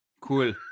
Cool